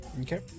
Okay